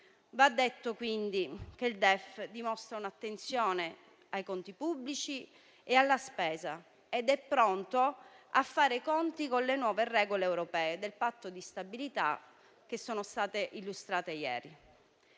Va detto che il DEF dimostra dunque un'attenzione ai conti pubblici e alla spesa ed è pronto a fare i conti con le nuove regole europee del Patto di stabilità che sono state illustrate ieri.